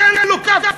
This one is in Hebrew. תן לו כאפה.